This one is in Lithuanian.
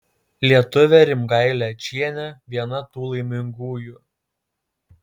lietuvė rimgailė ačienė viena tų laimingųjų